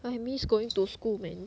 I miss going to school man